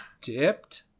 dipped